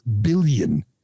billion